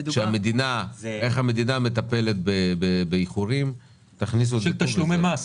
איך שהמדינה מטפלת באיחורים של תשלומי מס.